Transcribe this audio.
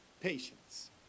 patience